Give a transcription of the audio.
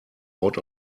out